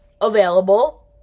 available